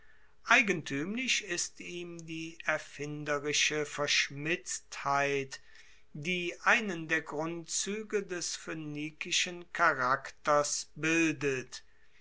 eigentuemlich ist ihm die erfinderische verschmitztheit die einen der grundzuege des phoenikischen charakters bildet